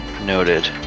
noted